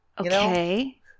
Okay